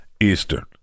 Eastern